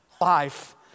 life